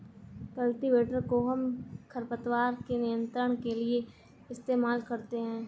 cultivator कोहम खरपतवार के नियंत्रण के लिए इस्तेमाल करते हैं